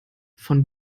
von